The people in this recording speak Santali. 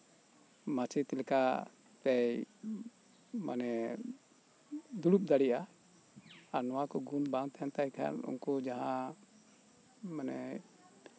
ᱢᱟᱪᱮᱫ ᱞᱮᱠᱟᱛᱮᱭ ᱢᱟᱱᱮ ᱫᱩᱲᱩᱵ ᱫᱟᱲᱮᱭᱟᱜᱼᱟ ᱟᱨ ᱱᱚᱣᱟ ᱠᱚ ᱜᱩᱱ ᱵᱟᱝ ᱛᱟᱸᱦᱮᱱ ᱠᱷᱟᱡ ᱩᱱᱠᱩ ᱡᱟᱸᱦᱟ ᱩᱱᱠᱩ ᱢᱟᱱᱮ